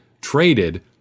traded